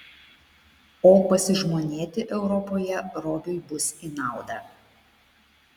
o pasižmonėti europoje robiui bus į naudą